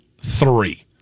three